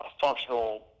functional